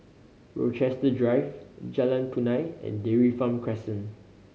Rochester Drive Jalan Punai and Dairy Farm Crescent